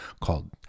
called